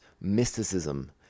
Mysticism